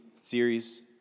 series